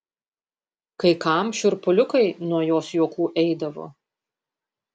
kai kam šiurpuliukai nuo jos juokų eidavo